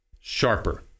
sharper